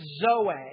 zoe